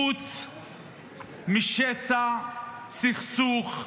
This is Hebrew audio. חוץ משסע, סכסוך,